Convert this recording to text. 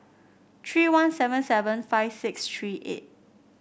tree one seven seven five six tree eight